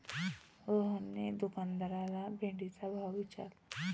रोहनने दुकानदाराला भेंडीचा भाव विचारला